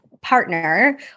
partner